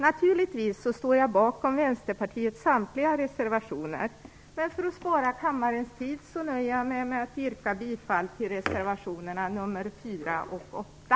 Naturligtvis står jag bakom Vänsterpartiets samtliga reservationer, men för att spara kammarens tid nöjer jag mig med att yrka bifall till reservationerna 4 och 8.